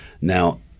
Now